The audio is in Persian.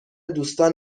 دوستان